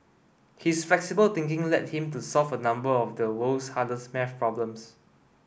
his flexible thinking led him to solve a number of the world's hardest maths problems